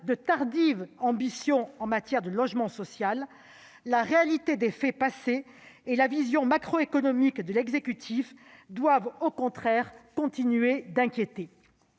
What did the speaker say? de tardives ambitions en matière de logement social, la réalité des faits passés et la vision macroéconomique de l'exécutif ne peuvent que confirmer nos inquiétudes.